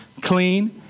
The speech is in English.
clean